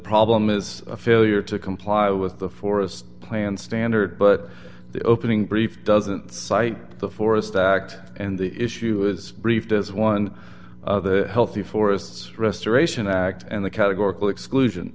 problem is a failure to comply with the forest plan standard but the opening brief doesn't cite the forest act and the issue is briefed as one of the healthy forests restoration act and the categorical exclusion